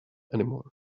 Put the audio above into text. anymore